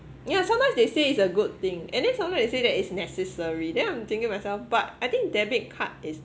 yeah sometimes they say it's a good thing and then sometimes they say that it's necessary then I'm thinking myself but I think debit card is